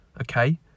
okay